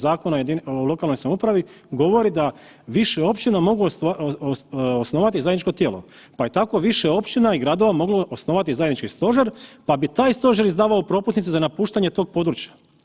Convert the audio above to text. Zakona o lokalnoj samoupravi govori da više općina mogu osnovati zajedničko tijelo, pa je tako više općina i gradova moglo osnovati zajednički stožer, pa bi taj stožer izdavao propusnice za napuštanje tog područja.